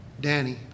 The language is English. Danny